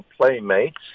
playmates